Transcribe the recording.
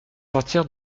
sortir